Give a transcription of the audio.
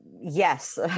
Yes